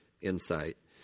insight